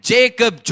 Jacob